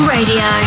Radio